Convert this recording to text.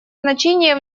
значение